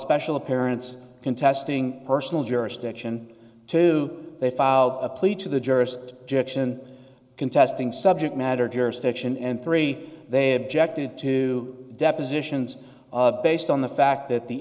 special appearance contesting personal jurisdiction two they filed a plea to the jurist jackson contesting subject matter jurisdiction and three they objected to depositions based on the fact that the